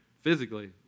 physically